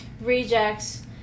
Rejects